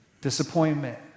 disappointment